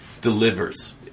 delivers